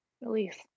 Release